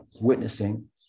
witnessing